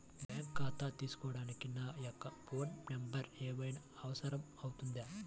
Bank ఖాతా తీసుకోవడానికి నా యొక్క ఫోన్ నెంబర్ ఏమైనా అవసరం అవుతుందా?